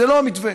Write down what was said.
זה לא המתווה.